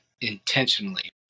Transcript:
intentionally